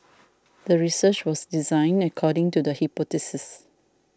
the research was designed according to the hypothesis